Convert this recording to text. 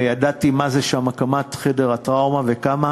וידעתי מה זה הקמת חדר הטראומה שם וכמה